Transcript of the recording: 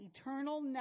eternal